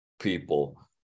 people